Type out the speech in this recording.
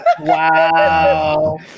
Wow